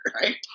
right